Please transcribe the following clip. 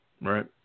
right